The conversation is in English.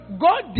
God